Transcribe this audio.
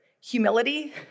humility